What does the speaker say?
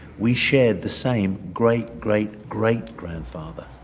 we shared the same great-great-great grandfather.